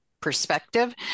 perspective